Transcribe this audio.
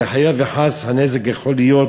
וחלילה וחס, הנזק יכול להיות